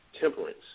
temperance